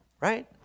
right